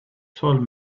told